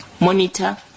monitor